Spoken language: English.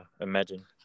imagine